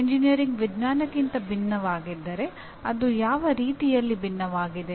engineering ವಿಜ್ಞಾನಕ್ಕಿಂತ ಭಿನ್ನವಾಗಿದ್ದರೆ ಅದು ಯಾವ ರೀತಿಯಲ್ಲಿ ಭಿನ್ನವಾಗಿದೆ